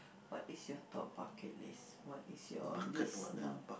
what is your top bucket list what is your list now